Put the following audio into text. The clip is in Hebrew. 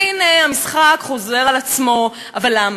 והנה, המשחק חוזר על עצמו, אבל למה?